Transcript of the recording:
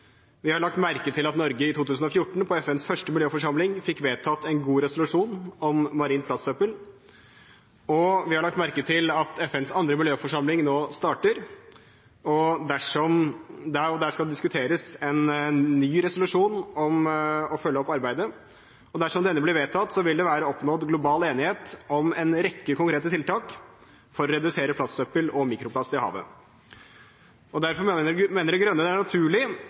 Vi har lagt merke til at Norge i 2014 på FNs første miljøforsamling fikk vedtatt en god resolusjon om marint plastsøppel, og vi har lagt merke til at FNs andre miljøforsamling nå starter. Der skal det diskuteres en ny resolusjon om å følge opp arbeidet, og dersom denne blir vedtatt, vil det være oppnådd global enighet om en rekke konkrete tiltak for å redusere plastsøppel og mikroplast i havet. Derfor mener De Grønne det er naturlig